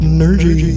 Energy